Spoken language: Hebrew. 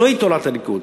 זוהי תורת הליכוד,